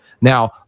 Now